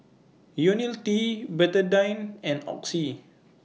Ionil T Betadine and Oxy